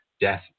Death